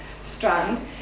strand